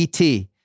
ET